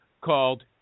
called